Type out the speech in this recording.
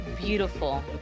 Beautiful